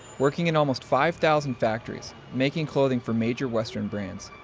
working in almost five thousand factories, making clothing for major western brands.